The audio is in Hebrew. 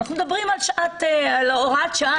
ואנחנו מדברים על הוראת שעה,